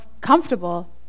comfortable